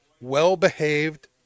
well-behaved